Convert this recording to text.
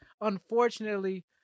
Unfortunately